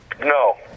No